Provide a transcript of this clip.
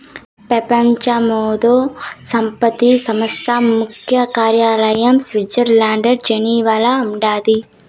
పెపంచ మేధో సంపత్తి సంస్థ ముఖ్య కార్యాలయం స్విట్జర్లండ్ల జెనీవాల ఉండాది